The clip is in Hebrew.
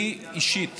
אני אישית